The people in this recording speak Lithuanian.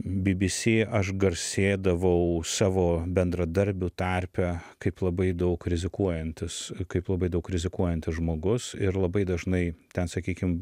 bi bi si aš garsėdavau savo bendradarbių tarpe kaip labai daug rizikuojantis kaip labai daug rizikuojantis žmogus ir labai dažnai ten sakykim